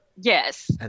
Yes